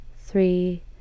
three